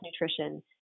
nutrition